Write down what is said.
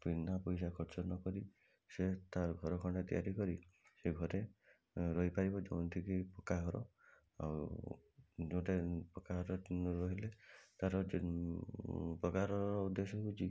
ବିନା ପଇସା ଖର୍ଚ୍ଚ ନକରି ସେ ତା'ର ଘର ଖଣ୍ଡେ ତିଆରି କରି ସେ ଘରେ ରହିପାରିବ ଯେଉଁଠିକି ପକ୍କା ଘର ଆଉ ଯେଉଁଟା ପକ୍କା ଘର ରହିଲେ ତା'ର ଯେଉଁ ପକ୍କା ଘରର ଉଦ୍ଦେଶ୍ୟ ହେଉଛି